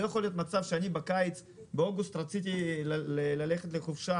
לא יכול להיות מצב שבאוגוסט רציתי ללכת לחופשה